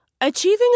Achieving